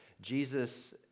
Jesus